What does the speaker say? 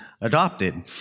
adopted